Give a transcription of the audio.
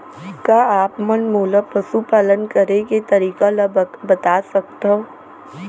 का आप मन मोला पशुपालन करे के तरीका ल बता सकथव?